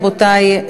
רבותי,